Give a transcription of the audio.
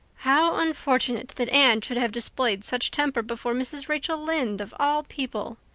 how unfortunate that anne should have displayed such temper before mrs. rachel lynde, of all people!